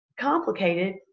complicated